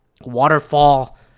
waterfall